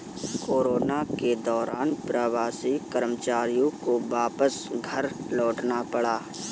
corona के दौरान प्रवासी कर्मचारियों को वापस घर लौटना पड़ा